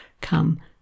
come